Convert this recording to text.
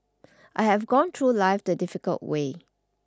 I have gone through life the difficult way